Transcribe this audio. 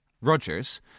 Rogers